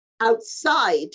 outside